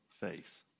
faith